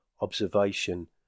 observation